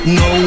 no